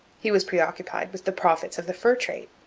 he was preoccupied with the profits of the fur trade,